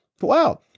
Wow